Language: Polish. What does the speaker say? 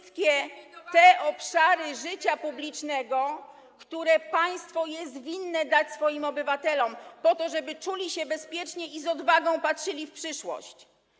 te obszary życia publicznego, które państwo jest winne dać swoim obywatelom, żeby czuli się bezpiecznie i z odwagą patrzyli w przyszłość.